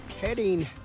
heading